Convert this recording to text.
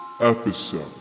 episode